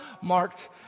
marked